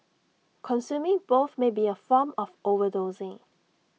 consuming both may be A form of overdosing